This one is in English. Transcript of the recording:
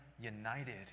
united